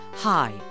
Hi